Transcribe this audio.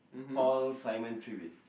fall Simon Tribute